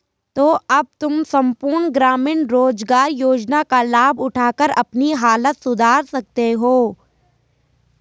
तो अब तुम सम्पूर्ण ग्रामीण रोज़गार योजना का लाभ उठाकर अपनी हालत सुधार सकते हो